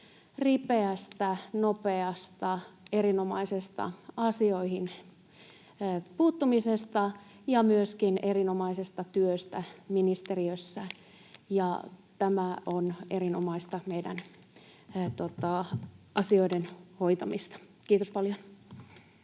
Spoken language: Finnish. ripeästä, nopeasta, erinomaisesta asioihin puuttumisesta ja myöskin erinomaisesta työstä ministeriössä. Tämä on erinomaista meidän asioiden hoitamista — kiitos paljon.